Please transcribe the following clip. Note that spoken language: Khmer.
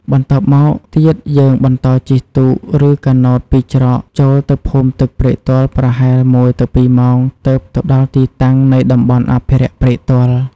បន្ទាប់មកទៀតយើងបន្តជិះទូកឬការណូតពីច្រកចូលទៅភូមិទឹកព្រែកទាល់ប្រហែល ១ទៅ២ម៉ោងទើបទៅដល់ទីតាំងនៃតំបន់អភិរក្សព្រែកទាល់។